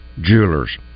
Jewelers